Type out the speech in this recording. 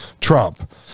Trump